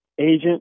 agent